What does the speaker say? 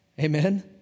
Amen